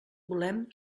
volem